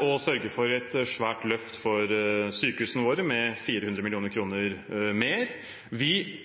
å sørge for et svært løft for sykehusene våre, med 400 mill. kr mer. Vi